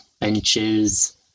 benches